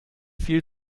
viel